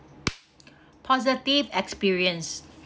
positive experience